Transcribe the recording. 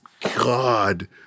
God